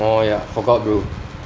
oh ya forgot bro